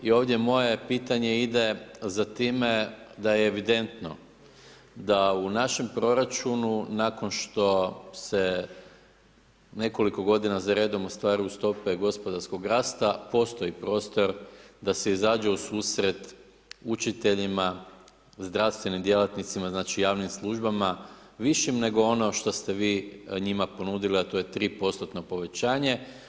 I ovdje moje pitanje ide za time da je evidentno, da u našem proračunu, nakon što se nekoliko g. za redom ostvaruju stope gospodarskog rasta, postoji prostor da se izađe u susret učiteljima, zdravstvenim djelatnicama, znači javnim službama, višim nego ono što ste vi njima ponudili, a to je 3% povećanje.